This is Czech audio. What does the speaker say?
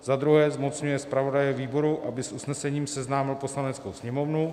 II. zmocňuje zpravodaje výboru, aby s usnesením seznámil Poslaneckou sněmovnu;